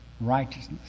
righteousness